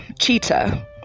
Cheetah